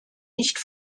nicht